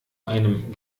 einem